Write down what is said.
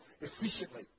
efficiently